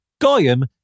Goyim